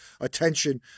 attention